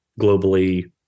globally